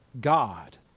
God